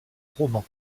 roman